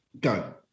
go